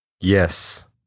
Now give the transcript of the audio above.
Yes